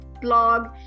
blog